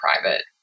private